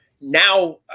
Now